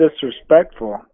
disrespectful